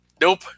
nope